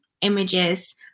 images